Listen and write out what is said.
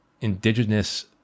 indigenous